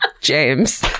James